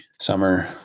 summer